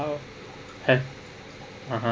how have (uh huh)